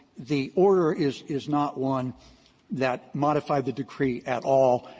the order is is not one that modified the decree at all.